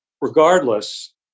regardless